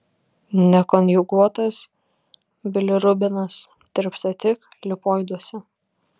nekonjuguotas bilirubinas tirpsta tik lipoiduose